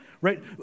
right